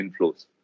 inflows